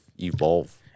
evolve